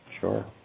Sure